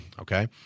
Okay